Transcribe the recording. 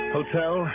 Hotel